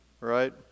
Right